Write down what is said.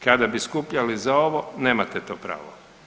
Kada bi skupljali za ovo nemate to pravo.